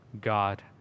God